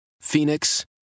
Phoenix